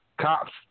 cops